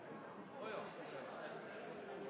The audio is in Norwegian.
og ja,